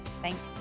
Thanks